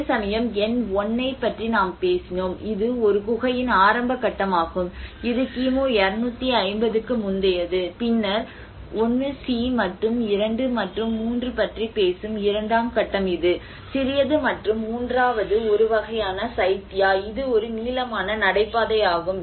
அதேசமயம் எண் 1 ஐப் பற்றி நாம் பேசினோம் இது ஒரு குகையின் ஆரம்ப கட்டமாகும் இது கிமு 250 க்கு முந்தையது பின்னர் 1 சி மற்றும் 2 மற்றும் 3 பற்றி பேசும் இரண்டாம் கட்டம் இது சிறியது மற்றும் மூன்றாவது ஒரு வகையான சைத்யா இது ஒரு நீளமான நடைபாதையாகும்